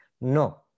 No